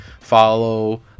Follow